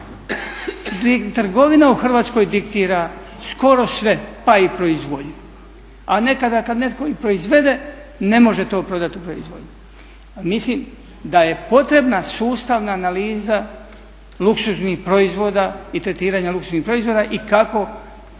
Trgovina u Hrvatskoj diktira skoro sve, pa i proizvodnju. A nekada kada netko i proizvode ne može to prodati u … Mislim da je potrebna sustavna analiza luksuznih proizvoda i tretiranja luksuznih proizvoda i kako